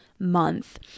month